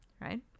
Right